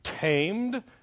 tamed